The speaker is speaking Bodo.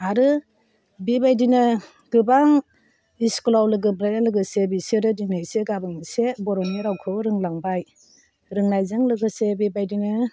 आरो बेबायदिनो गोबां इस्कुलाव लोगो मोनलायनाय लोगोसे बिसोरो दिनै एसे गाबोन एसे बर'नि रावखौ रोंलांबाय रोंनायजों लोगोसे बेबायदिनो